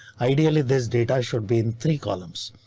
ideally, this data should be in three columns.